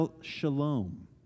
Shalom